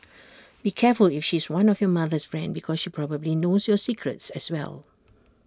be careful if she's one of your mother's friend because she probably knows your secrets as well